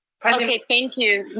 trustee, thank you.